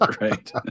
right